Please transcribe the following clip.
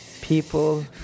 people